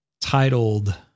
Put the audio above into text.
titled